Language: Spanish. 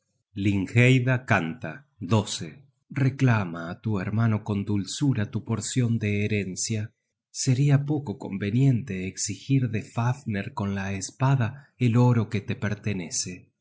vuestra afliccion lyngheida cmltd reclama á tu hermano con dulzura tu porcion de herencia seria poco conveniente exigir de fafner con la espada el oro que te pertenece á